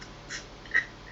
mm